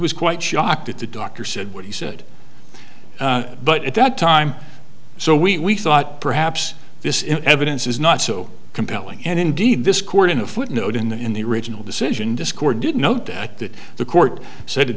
was quite shocked at the doctor said what he said but at that time so we thought perhaps this in evidence is not so compelling and indeed this court in a footnote in the in the original decision discordant note that that the court said it